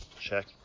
check